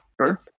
Sure